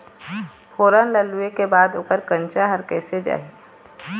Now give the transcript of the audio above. फोरन ला लुए के बाद ओकर कंनचा हर कैसे जाही?